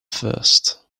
first